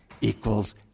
equals